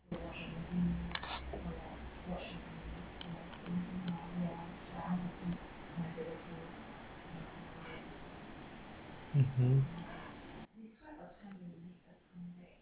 mmhmm